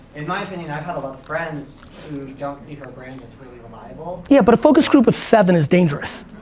in my opinion, i've got a lot of friends who don't see her brand as really reliable yeah, but a focus group of seven is dangerous.